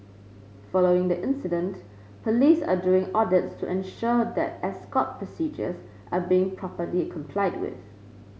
following the incident police are doing audits to ensure that escort procedures are being properly complied with